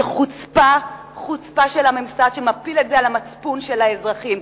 זו חוצפה של הממסד שמפיל את זה על המצפון של האזרחים.